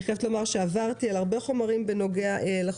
אני חייבת לומר שעברתי על הרבה חומרים בנוגע לחוק.